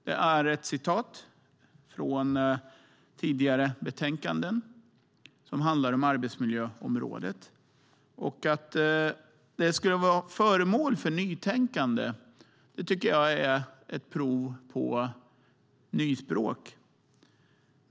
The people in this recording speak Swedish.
Detta var ett uttalande från tidigare betänkanden om arbetsmiljöområdet. Att arbetsmiljöarbete skulle vara föremål för nytänkande är ett prov på nyspråk.